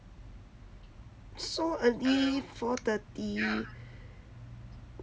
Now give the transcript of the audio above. so early four thirty